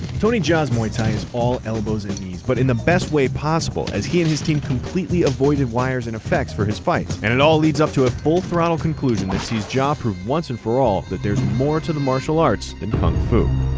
tony jaa's, muay thai is all elbows and knees, but in the best way possible. as he and his team completely avoided wires and effects for his fights. and it all leads up to a full throttle conclusion that see's jaa ah prove once and for all that, there's more to the martial arts than kung fu.